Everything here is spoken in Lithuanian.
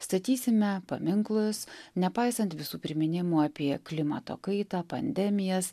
statysime paminklus nepaisant visų priminimų apie klimato kaitą pandemijas